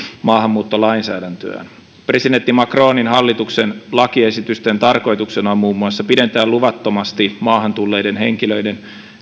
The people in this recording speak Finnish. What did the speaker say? maahanmuuttolainsäädäntöään presidentti macronin hallituksen lakiesitysten tarkoituksena on muun muassa pidentää luvattomasti maahan tulleiden henkilöiden